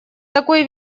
такой